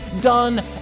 done